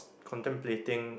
contemplating